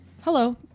Hello